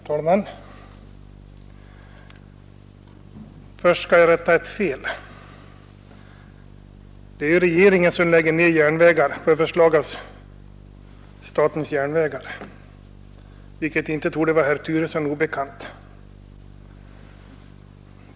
Herr talman! Först vill jag rätta ett fel. Det är regeringen som lägger ner järnvägar på förslag av kungl. järnvägsstyrelsen, alltså statens järnvägar, vilket inte torde vara herr Turesson obekant.